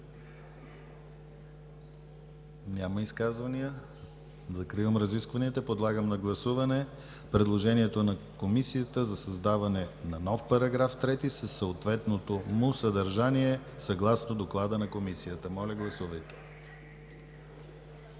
Няма изказвания. Закривам разискванията. Подлагам на гласуване предложението на Комисията за създаване на нов § 3 със съответното му съдържание, съгласно доклада на Комисията. Гласували 163 народни